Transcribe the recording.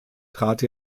trat